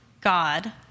God